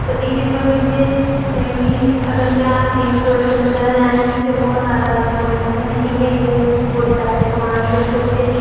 एह्दे बिच्च अगर में तिन्न सौ इक बच्चे दा लैंदे ही ते होर बच्चे औने कन्नै में इयां होर पैसे कमाना शुरु करी ओड़े